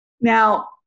now